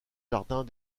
jardins